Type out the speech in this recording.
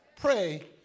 Pray